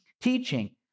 teaching